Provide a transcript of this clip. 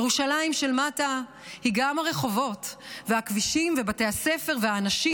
ירושלים של מטה היא גם הרחובות והכבישים ובתי הספר והאנשים,